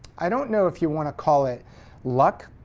i don't know if you want to call it luck,